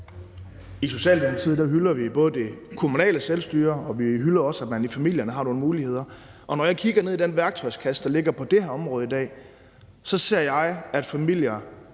I Socialdemokratiet hylder vi det kommunale selvstyre, og vi hylder også, at man i familierne har nogle muligheder, og når jeg kigger ned i den værktøjskasser, der findes på det her område i dag, så ser jeg, at familierne